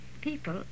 people